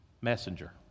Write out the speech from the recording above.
Messenger